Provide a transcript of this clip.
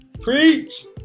Preach